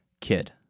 kid